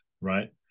right